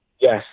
Yes